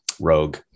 Rogue